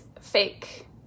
fake